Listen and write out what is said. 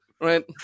Right